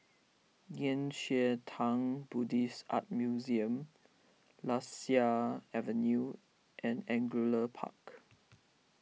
Nei Xue Tang Buddhist Art Museum Lasia Avenue and Angullia Park